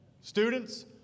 students